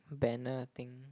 banner thing